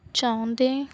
ਚਾਹੁੰਦੇ